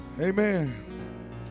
Amen